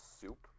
soup